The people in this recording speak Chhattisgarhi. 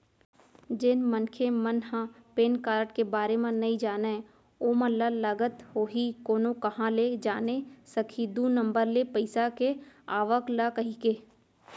जेन मनखे मन ह पेन कारड के बारे म नइ जानय ओमन ल लगत होही कोनो काँहा ले जाने सकही दू नंबर ले पइसा के आवक ल कहिके